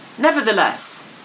Nevertheless